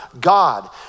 God